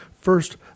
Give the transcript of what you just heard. First